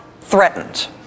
threatened